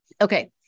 Okay